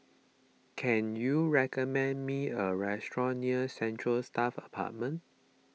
can you recommend me a restaurant near Central Staff Apartment